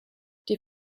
die